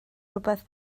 rhywbeth